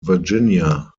virginia